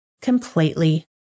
completely